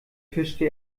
pirschte